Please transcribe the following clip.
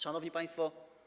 Szanowni Państwo!